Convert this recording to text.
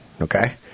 okay